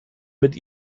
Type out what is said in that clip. mit